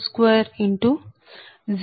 010